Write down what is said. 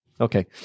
Okay